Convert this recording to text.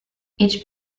each